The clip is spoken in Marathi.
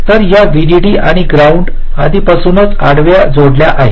तर या व्हीडीडी आणि ग्राउंड लाइन आधीपासूनच आडव्या जोडल्या आहेत